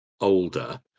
older